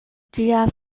ĝia